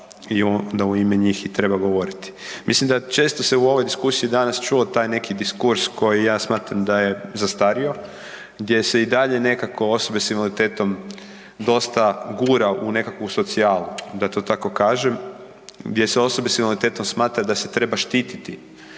i onda u ime njih i treba govoriti. Mislim da se često danas u ovoj diskusiji čuo taj neki diskurs koji ja smatram da je zastario, gdje se i dalje nekako osobe s invaliditetom dosta gura u nekakvu socijalu, da to tako kažem, gdje se osobe s invaliditetom smatra da se treba štititi.